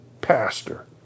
pastor